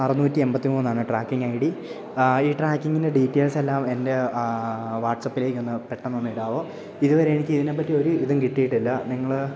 അറുന്നൂറ്റി എൺപത്തി മൂന്നാണ് ട്രാക്കിംഗ് ഐ ഡി ഈ ട്രാക്കിങ്ങിൻ്റെ ഡീറ്റെയിൽസ് എല്ലാം എൻ്റെ വാട്സപ്പിലേക്ക് ഒന്ന് പെട്ടന്നൊന്ന് ഇടാവോ ഇതുവരെ എനിക്ക് ഇതിനെപ്പറ്റി ഒരു ഇതും കിട്ടിയിട്ടില്ല നിങ്ങള്